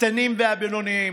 הקטנים והבינוניים,